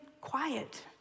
quiet